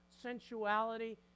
sensuality